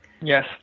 Yes